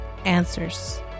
answers